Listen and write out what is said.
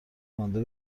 مانده